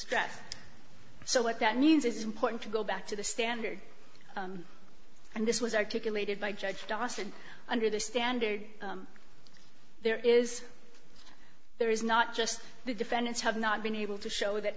distress so what that means is important to go back to the standard and this was articulated by judge das and under the standard there is there is not just the defendants have not been able to show that